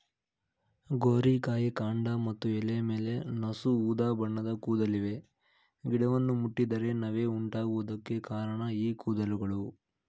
ಗೋರಿಕಾಯಿ ಕಾಂಡ ಮತ್ತು ಎಲೆ ಮೇಲೆ ನಸು ಉದಾಬಣ್ಣದ ಕೂದಲಿವೆ ಗಿಡವನ್ನು ಮುಟ್ಟಿದರೆ ನವೆ ಉಂಟಾಗುವುದಕ್ಕೆ ಕಾರಣ ಈ ಕೂದಲುಗಳು